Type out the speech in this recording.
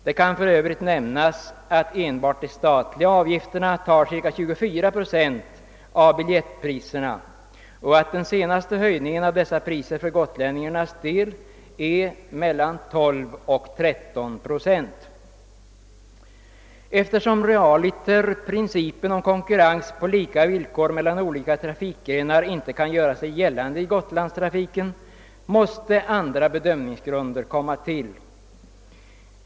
Det kan för övrigt nämnas att enbart de statliga avgifterna tar cirka 24 procent av biljettpriserna och att den senaste höjningen av dessa priser för gotlänningarnas del uppgår till mellan 12 och 13 procent. Eftersom principen om konkurrens på lika villkor mellan olika trafikgrenar realiter inte kan göra sig gällande i Gotlandstrafiken måste andra bedömningsgrunder komma till.